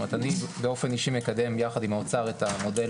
אני באופן אישי מקדם יחד עם האוצר את המודל,